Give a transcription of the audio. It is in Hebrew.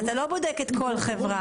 אתה לא בודק כל חברה.